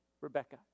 Rebecca